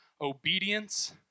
Obedience